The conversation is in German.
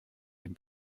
den